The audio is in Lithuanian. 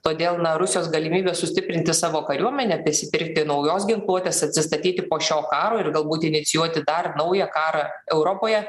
todėl na rusijos galimybes sustiprinti savo kariuomenę prisipirkti naujos ginkluotės atsistatyti po šio karo ir galbūt inicijuoti dar naują karą europoje